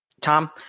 Tom